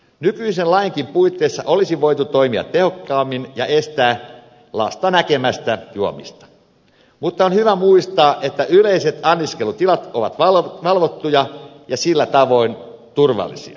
nykyisen lainkin puitteissa olisi voitu toimia tehokkaammin ja estää lasta näkemästä juomista mutta on hyvä muistaa että yleiset anniskelutilat ovat valvottuja ja sillä tavoin turvallisia